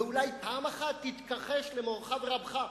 ואולי פעם אחת תתכחש למורך ורבך.